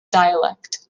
dialect